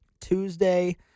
Tuesday